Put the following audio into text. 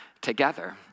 together